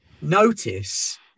notice